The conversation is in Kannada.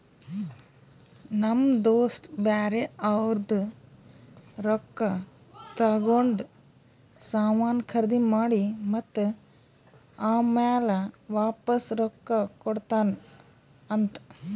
ನಮ್ ದೋಸ್ತ ಬ್ಯಾರೆ ಅವ್ರದ್ ರೊಕ್ಕಾ ತಗೊಂಡ್ ಸಾಮಾನ್ ಖರ್ದಿ ಮಾಡಿ ಮತ್ತ ಆಮ್ಯಾಲ ವಾಪಾಸ್ ರೊಕ್ಕಾ ಕೊಡ್ತಾನ್ ಅಂತ್